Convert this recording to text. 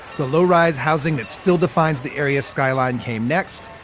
the low rise housing that still defines the area skyline came next.